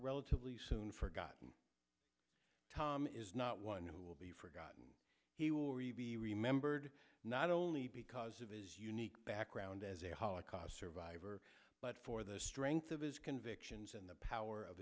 soon forgotten tom is not one who will be forgotten he will be remembered not only because of his unique background as a holocaust survivor but for the strength of his convictions and the power of